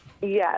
Yes